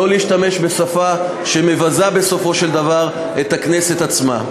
ולא להשתמש בשפה שמבזה בסופו של דבר את הכנסת עצמה.